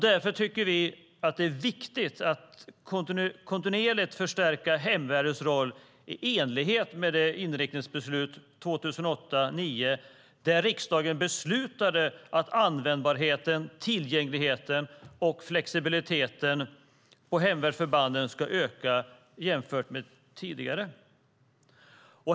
Därför tycker vi att det är viktigt att kontinuerligt förstärka hemvärnets roll i enlighet med det inriktningsbeslut från 2008/09 som riksdagen fattade om att hemvärnsförbandens användbarhet, tillgänglighet och flexibilitet ska öka jämfört med tidigare.